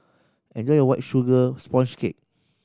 enjoy your White Sugar Sponge Cake